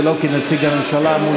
ולא כנציג הממשלה מול הכנסת.